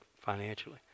financially